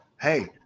Hey